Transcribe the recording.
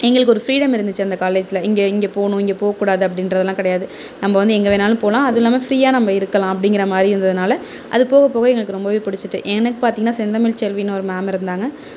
எங்களுக்கு ஒரு ஃபிரீடம் இருந்துச்சு அந்த காலேஜில் இங்கே இங்கே போணும் இங்கே போக கூடாது அப்படின்றதலாம் கிடையாது நம்ம வந்து எங்கே வேணாலும் போகலாம் அதுவும் இல்லாமல் ஃபிரீயாக நம்ம இருக்கலாம் அப்படிங்கற மாதிரி இருந்ததினால அது போக போக எங்களுக்கு ரொம்ப பிடிச்சிட்டு எனக்கு பார்த்திங்ன்னா செந்தமிழ் செல்வின்னு ஒரு மேம் இருந்தாங்க